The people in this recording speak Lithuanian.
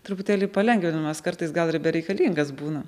truputėlį palengvinimas kartais gal ir bereikalingas būna